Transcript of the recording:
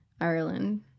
ireland